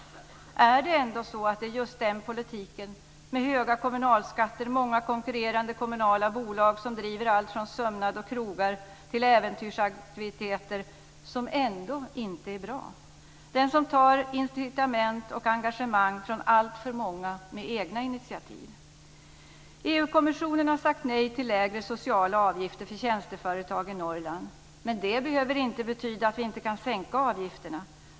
Är det ändå så att det är just den politiken, med höga kommunalskatter och många konkurrerande kommunala bolag som driver allt från sömnad och krogar till äventyrsaktiviteter, som ändå inte är bra - det som tar incitament och engagemang från alltför många med egna initiativ. EU-kommissionen har sagt nej till lägre sociala avgifter för tjänsteföretag i Norrland. Men det behöver inte betyda att vi inte kan sänka avgifterna.